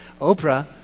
Oprah